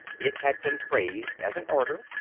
it had been phrased as an order.